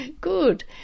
Good